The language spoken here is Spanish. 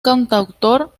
cantautor